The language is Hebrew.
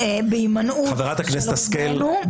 בהימנעות של רובנו --- חברת הכנסת השכל,